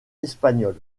espagnol